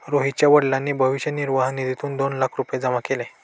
रोहितच्या वडिलांनी भविष्य निर्वाह निधीत दोन लाख रुपये जमा केले